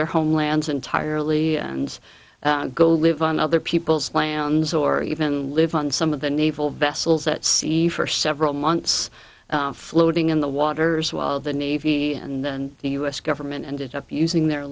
their homelands entirely and go live on other people's lands or even live on some of the naval vessels that see for several months floating in the waters while the navy and the u s government ended up using their